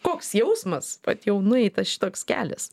koks jausmas vat jau nueitas šitoks kelias